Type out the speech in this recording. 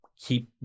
keep